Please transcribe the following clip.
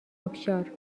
آبشار